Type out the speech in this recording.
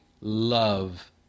love